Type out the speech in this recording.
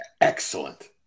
excellent